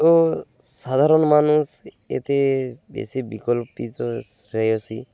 তো সাধারণ মানুষ এতে বেশি বিকল্পিত শ্রেয়সী